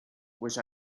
wish